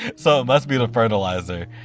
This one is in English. so it must be the fertilizer.